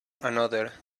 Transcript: another